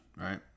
right